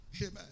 Amen